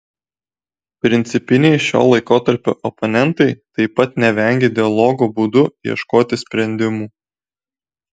principiniai šio laikotarpio oponentai taip pat nevengė dialogo būdu ieškoti sprendimų